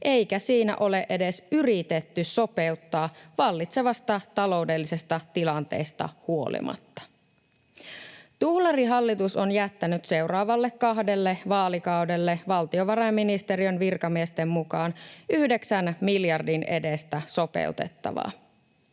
eikä siinä ole edes yritetty sopeuttaa vallitsevasta taloudellisesta tilanteesta huolimatta. Tuhlarihallitus on jättänyt seuraavalle kahdelle vaalikaudelle valtiovarainministeriön virkamiesten mukaan 9 miljardin edestä sopeutettavaa.